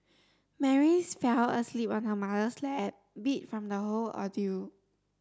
Mary's fell asleep on her mother's lap beat from the whole ordeal